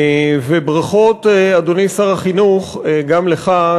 ברכות, אדוני שר החינוך, גם לך.